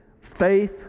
faith